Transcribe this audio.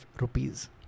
rupees